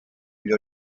gli